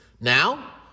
Now